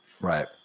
Right